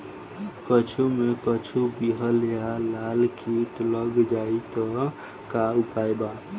कद्दू मे कद्दू विहल या लाल कीट लग जाइ त का उपाय बा?